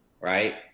right